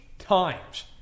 Times